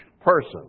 person